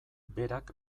berak